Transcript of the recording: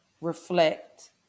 reflect